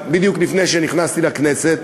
בדיוק לפני שנכנסתי לכנסת,